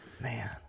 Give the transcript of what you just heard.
Man